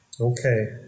Okay